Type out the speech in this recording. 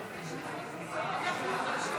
אדוני היושב-ראש,